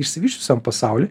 išsivysčiusiam pasauliui